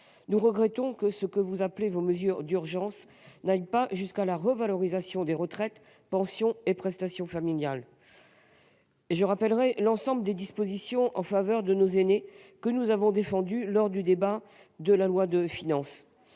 Nous regrettons que ce que vous appelez des « mesures d'urgence » n'aillent pas jusqu'à la revalorisation des pensions de retraite et des prestations familiales. Je rappellerai l'ensemble des dispositions en faveur de nos aînés que nous avons défendues lors de l'examen du projet de loi de finances,